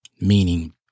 Meaning